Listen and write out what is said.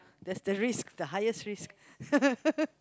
that's the risk the highest risk